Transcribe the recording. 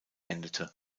endete